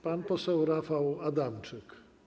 Pan poseł Rafał Adamczyk.